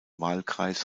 wahlkreis